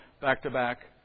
back-to-back